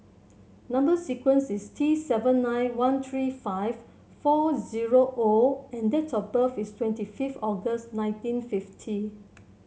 number sequence is T seven nine one three five four zero O and date of birth is twenty fifth August nineteen fifty